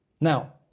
Now